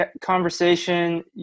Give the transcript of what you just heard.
conversation